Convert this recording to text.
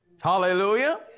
Hallelujah